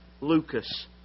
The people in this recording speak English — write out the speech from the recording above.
Lucas